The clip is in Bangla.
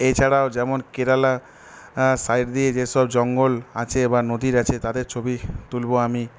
এইছাড়াও যেমন কেরালা সাইড দিয়ে যেসব জঙ্গল আছে বা নদী আছে তাদের ছবি তুলব আমি